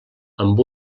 amb